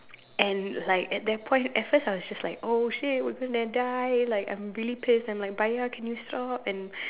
and like at that point at first I was just like oh shit we're gonna die like I'm really pissed I'm like baya can you stop and